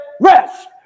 rest